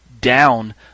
down